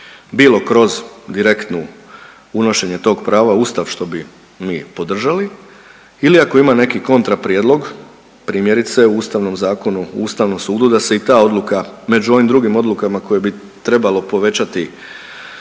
bilo kroz direktno unošenje tog prava u ustav, što bi mi podržali ili ako ima neki kontraprijedlog, primjerice u Ustavnom zakonu o ustavnom sudu da se i ta odluka, među ovim drugim odlukama koje bi trebalo povećati